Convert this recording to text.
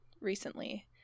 Recently